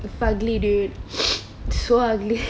it ugly dude so ugly